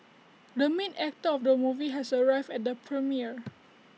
the main actor of the movie has arrived at the premiere